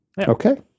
Okay